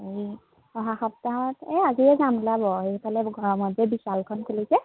এই অহা সপ্তাহত এই আজিয়ে যাম ওলাব এইফালে ঘৰৰ বিশালখন খুলিছে